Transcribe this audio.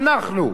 אנחנו,